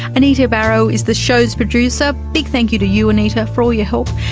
anita barraud is the show's producer, a big thank you to you anita for all your help,